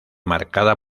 marcada